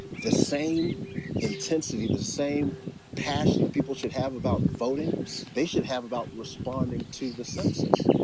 the same intensity, the same passion that people should have about voting they should have about responding to the census.